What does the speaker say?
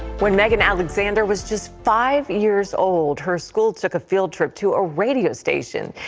when megan alexander was just five years old her school took a field trip to a radio station.